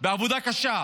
בעבודה קשה,